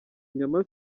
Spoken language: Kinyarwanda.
inyama